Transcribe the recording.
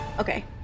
Okay